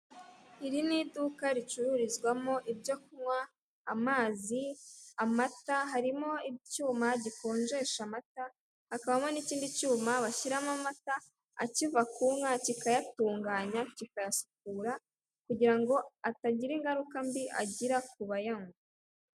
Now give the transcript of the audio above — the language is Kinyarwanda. Iri ni iduka ricurizwamo ibyo kunywa, amazi, amata, harimo icyuma gikonjesha amata, hakamo n'ikindi cyuma bashyiramo amata akiva ku nka, kikayatunganya, kikayasukura, kugira ngo atagira ingaruka mbi agira ku bayanywa.